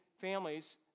families